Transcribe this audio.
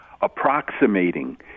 Approximating